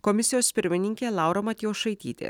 komisijos pirmininke laura matjošaitytė